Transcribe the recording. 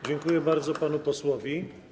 Dziękuję bardzo panu posłowi.